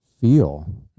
feel